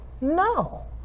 No